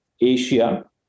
Asia